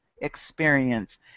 experience